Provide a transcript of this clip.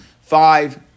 five